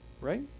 right